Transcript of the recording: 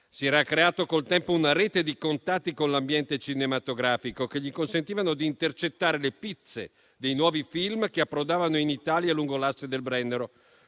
Si era creato con il tempo una rete di contatti con l'ambiente cinematografico, che gli consentivano di intercettare le pizze dei nuovi film che approdavano in Italia lungo l'asse del Brennero.